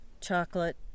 chocolate